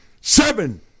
seven